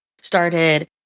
started